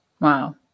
Wow